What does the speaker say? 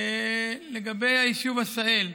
לגבי היישוב עשהאל,